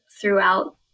throughout